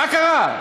מה קרה?